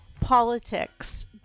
politics